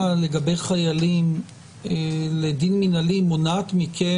עבירה לגבי חיילים לדין מינהלי מונעת מכם,